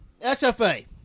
SFA